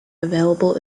available